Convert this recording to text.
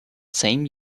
same